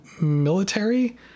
military